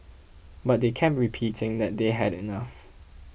but they kept repeating that they had enough